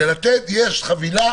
יש חבילת